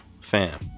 fam